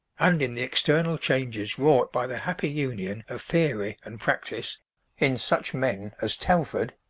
and in the external changes wrought by the happy union of theory and practice in such men as telford,